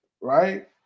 right